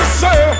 say